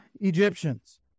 Egyptians